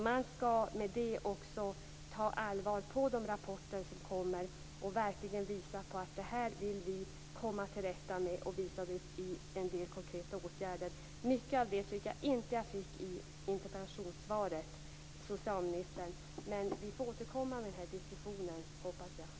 Man skall i sammanhanget också ta allvarligt på de rapporter som kommer och verkligen visa att man vill komma till rätta med det här samt visa det i konkreta åtgärder. Mycket av det tycker jag att jag inte fick i interpellationssvaret, socialministern, men vi får återkomma till den här diskussionen, hoppas jag.